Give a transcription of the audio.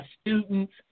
students